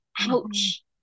ouch